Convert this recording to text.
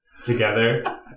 together